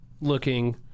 looking